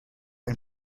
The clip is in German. ein